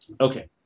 Okay